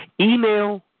Email